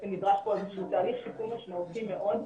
נדרש פה איזה שהוא תהליך שיקום משמעותי מאוד,